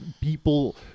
people